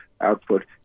output